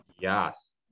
yes